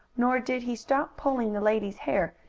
nor did he stop pulling the lady's hair,